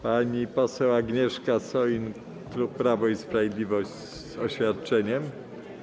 Pani poseł Agnieszka Soin, klub Prawo i Sprawiedliwość, z oświadczeniem.